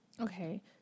Okay